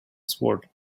sword